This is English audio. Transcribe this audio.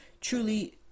truly